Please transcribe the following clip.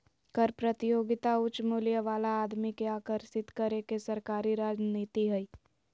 कर प्रतियोगिता उच्च मूल्य वाला आदमी के आकर्षित करे के सरकारी रणनीति हइ